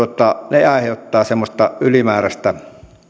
ne aiheuttavat semmoista ylimääräistä